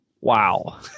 Wow